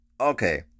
Okay